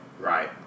Right